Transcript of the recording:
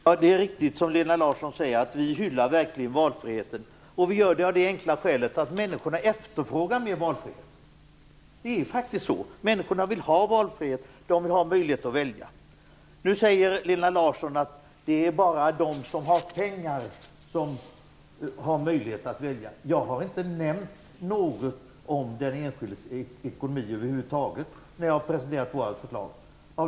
Fru talman! Det är riktigt, som Lena Larsson säger, att vi verkligen hyllar valfriheten. Vi gör det av det enkla skälet att människorna efterfrågar mer valfrihet. Det är faktiskt så att människor vill ha möjlighet att välja. Nu säger Lena Larsson att det bara är de som har pengar som har möjlighet att välja. Jag nämnde inte något om den enskildes ekonomi över huvud taget när jag presenterade vårt förslag.